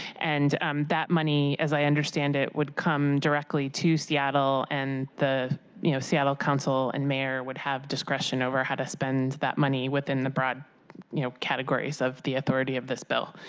and um that money, as i understand it, would come directly to seattle, and the you know sale council, and mayor would have discretion over how to spend that money within the broad you know categories of the authority of this bill.